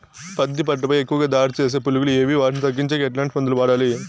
పత్తి పంట పై ఎక్కువగా దాడి సేసే పులుగులు ఏవి వాటిని తగ్గించేకి ఎట్లాంటి మందులు వాడాలి?